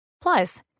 Plus